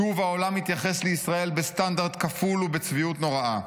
שוב העולם מתייחס לישראל בסטנדרט כפול ובצביעות נוראה.